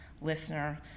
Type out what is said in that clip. listener